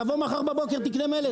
תבוא מחר בבוקר, תקנה מלט.